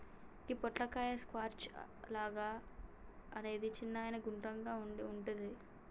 గి పొట్లకాయ స్క్వాష్ లాగా అలాగే చిన్నగ గుండ్రంగా కూడా వుంటది